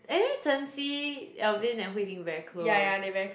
anyway Chen-Xi Alvin and Hui-Ting very close